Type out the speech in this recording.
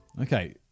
Okay